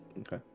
Okay